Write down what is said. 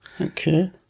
Okay